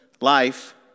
life